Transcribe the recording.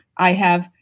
i have,